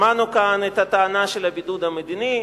שמענו כאן את הטענה של הבידוד המדיני,